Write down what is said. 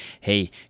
hey